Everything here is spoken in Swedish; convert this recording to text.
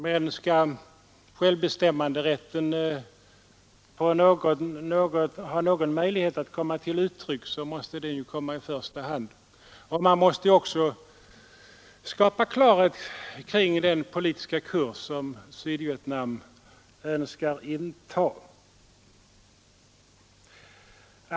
Men skall självbestämmanderätten ha någon möjlighet att komma till uttryck, måste detta komma i första hand, och det måste också skapas klarhet om den politiska kurs som Sydvietnam önskar följa.